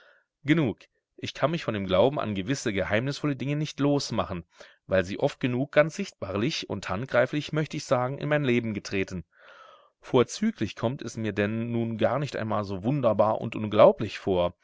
genug ich kann mich von dem glauben an gewisse geheimnisvolle dinge nicht losmachen weil sie oft genug ganz sichtbarlich und handgreiflich möcht ich sagen in mein leben getreten vorzüglich kommt es mir denn nun gar nicht einmal so wunderbar und unglaublich vor